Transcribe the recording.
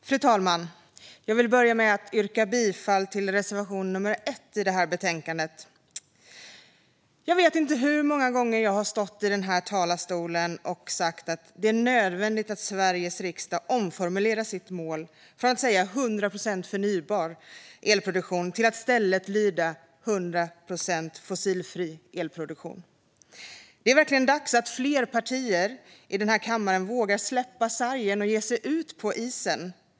Fru talman! Jag vill börja med att yrka bifall till reservation nummer 1 i betänkandet. Jag vet inte hur många gånger jag har stått i den här talarstolen och sagt att det är nödvändigt att Sveriges riksdag omformulerar sitt mål från 100 procent förnybar elproduktion till 100 procent fossilfri elproduktion. Det är verkligen dags att fler partier i denna kammare vågar släppa sargen och ge sig ut på isen.